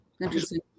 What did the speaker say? interesting